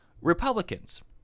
Republicans